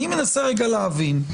אני מנסה רגע להבין,